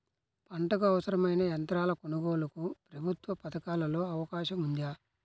పంటకు అవసరమైన యంత్రాల కొనగోలుకు ప్రభుత్వ పథకాలలో అవకాశం ఉందా?